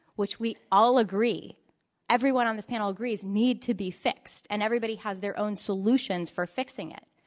which we all agree everyone on this panel agrees need to be fixed. and everybody has their own solutions for fixing it.